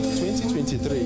2023